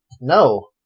No